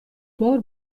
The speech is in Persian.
بار